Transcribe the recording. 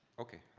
okay.